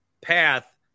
path